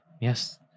yes